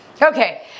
Okay